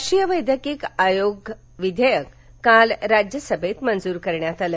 राष्ट्रीय वैद्यकीय आयोग विधेयक काल राज्यसभेत मंजूर करण्यात आलं